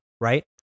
right